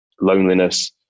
loneliness